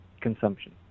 consumption